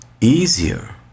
easier